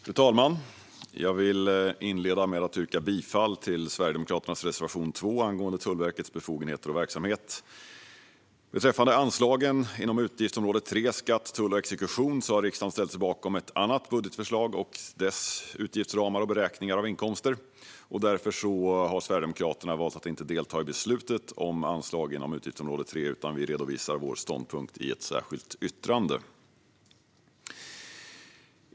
Fru talman! Jag vill inleda med att yrka bifall till Sverigedemokraternas reservation 2 angående Tullverkets befogenheter och verksamhet. Beträffande anslagen inom utgiftsområde 3 Skatt, tull och exekution har riksdagen ställt sig bakom ett annat budgetförslag och dess utgiftsramar och beräkningar av inkomster. Därför har Sverigedemokraterna valt att inte delta i beslutet om anslag inom utgiftsområde 3, utan vi redovisar vår ståndpunkt i ett särskilt yttrande.